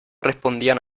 respondían